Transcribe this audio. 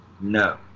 No